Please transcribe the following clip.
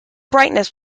brightness